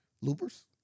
Loopers